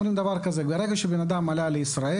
אומרים דבר כזה: ברגע שבן אדם עלה לישראל,